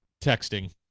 texting